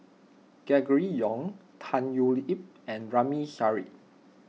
Gregory Yong Tan Thoon Lip and Ramli Sarip